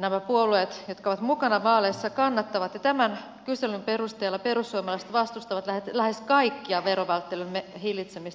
nämä puolueet jotka ovat mukana vaaleissa kannattavat ja tämän kyselyn perusteella perussuomalaiset vastustavat lähes kaikkia verovälttelymme hillitsemistä edesauttavia mekanismeja